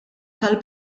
tal